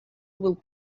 will